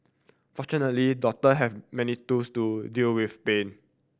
fortunately doctor have many tools to deal with pain